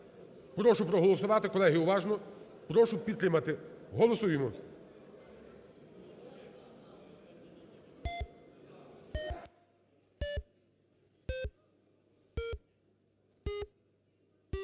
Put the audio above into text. Прошу проголосувати колеги, уважно, прошу підтримати, голосуємо.